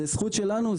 זו הזכות שלנו,